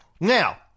Now